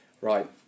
Right